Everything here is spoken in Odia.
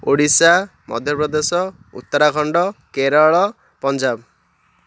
ଓଡ଼ିଶା ମଧ୍ୟପ୍ରଦେଶ ଉତ୍ତରାଖଣ୍ଡ କେରଳ ପଞ୍ଜାବ